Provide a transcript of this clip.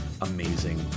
amazing